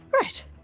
Right